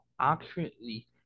accurately